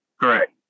Correct